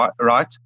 right